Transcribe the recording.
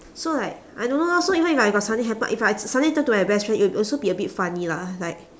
so like I don't know lor so even if I got something happen if I s~ something tell to my best friend it will also be a bit funny lah like